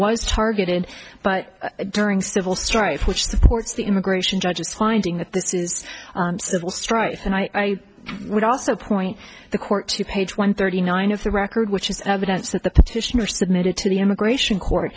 was targeted but during civil strife which supports the immigration judges finding that this is civil strife and i would also point the court to page one thirty nine of the record which is evidence that the petitioner submitted to the immigration court